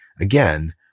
again